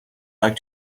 like